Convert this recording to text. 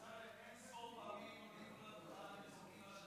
אין-ספור פעמים עולים פה על הדוכן,